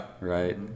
right